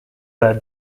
their